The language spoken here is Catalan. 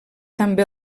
també